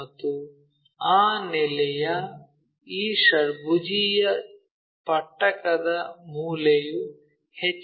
ಮತ್ತು ಆ ನೆಲೆಯ ಈ ಷಡ್ಭುಜೀಯ ಪಟ್ಟಕದ ಮೂಲೆಯು ಎಚ್